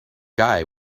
guy